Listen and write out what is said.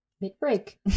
mid-break